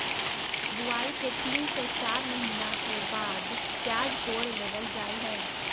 बुआई के तीन से चार महीना के बाद प्याज कोड़ लेबल जा हय